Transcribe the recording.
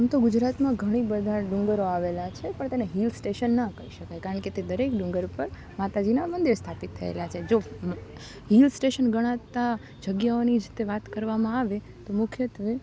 આમ તો ગુજરાતમાં ઘણી બધાં ડુંગરો આવેલાં છે પણ તેને હિલ સ્ટેશન ના કહી શકાય કારણ કે તે દરેક ડુંગર ઉપર માતાજીના મંદિર સ્થાપિત થયેલાં છે જો હિલ સ્ટેશન ગણાતા જ જગ્યાઓની જ તે વાત કરવામાં આવે તો મુખ્યત્વે